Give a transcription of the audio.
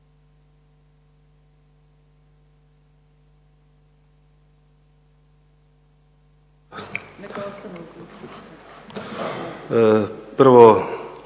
Prvo